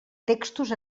textos